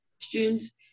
questions